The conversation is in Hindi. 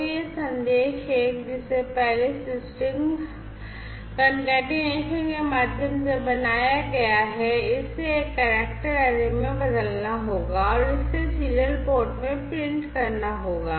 तो यह संदेश एक जिसे पहले इस स्ट्रिंग कॉन्सेप्टन में बदलना होगा और इसे सीरियल पोर्ट में प्रिंट करना होगा